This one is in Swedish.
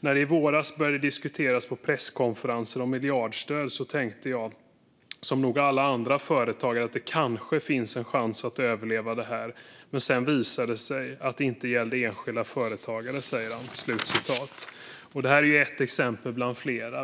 "När det i våras började diskuteras på presskonferenser om miljardstöd så tänkte jag, som nog alla andra företagare, att det kanske finns en chans att överleva det här. Men sedan visade det sig att det inte gällde enskilda företagare." Detta är ett exempel bland flera.